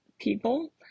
people